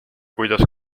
kuidas